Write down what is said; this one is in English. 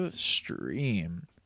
stream